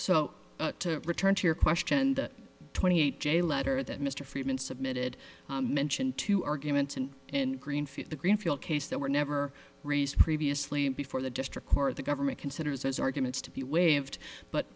o to return to your question that eight j letter that mr friedman submitted mention two arguments and in the greenfield case that were never raised previously before the district court the government considers those arguments to be waived but